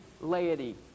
laity